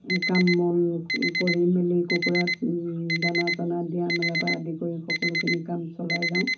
কাম বন কৰি মেলি কুকুৰাক দানা চানা দিয়া মেলা বা আদি কৰি সকলোখিনি কাম চলাই যাওঁ